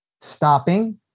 Stopping